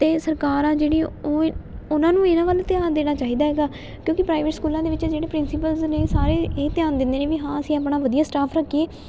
ਅਤੇ ਸਰਕਾਰ ਆ ਜਿਹੜੀ ਉਹ ਉਹਨਾਂ ਨੂੰ ਇਹਨਾਂ ਵੱਲ ਧਿਆਨ ਦੇਣਾ ਚਾਹੀਦਾ ਹੈਗਾ ਕਿਉਂਕਿ ਪ੍ਰਾਈਵੇਟ ਸਕੂਲਾਂ ਦੇ ਵਿੱਚ ਜਿਹੜੇ ਪ੍ਰਿੰਸੀਪਲਸ ਨੇ ਸਾਰੇ ਇਹ ਧਿਆਨ ਦਿੰਦੇ ਨੇ ਵੀ ਹਾਂ ਅਸੀਂ ਆਪਣਾ ਵਧੀਆ ਸਟਾਫ ਰੱਖੀਏ